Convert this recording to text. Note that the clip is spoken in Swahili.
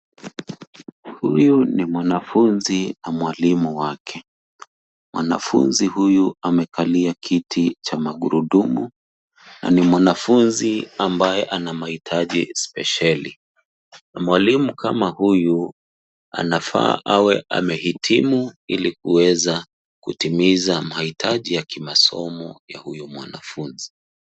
Huyu ni mwanafunzi na mwalimu wake. Mwanafunzi huyu amekalia kiti cha magurudumu na ni mwanafunzi ambaye ana mahitaji spesheli. Mwalimu kama huyu anafaa awe amehitimu ili kuweza kutimiza mahitaji ya kimasomo ya huyu mwanafunzi.